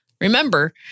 Remember